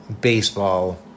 baseball